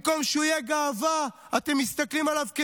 במקום שהוא יהיה גאווה, אתם מסתכלים עליו כבושה.